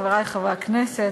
חברי חברי הכנסת,